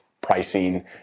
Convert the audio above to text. pricing